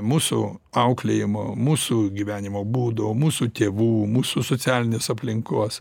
mūsų auklėjimo mūsų gyvenimo būdo mūsų tėvų mūsų socialinės aplinkos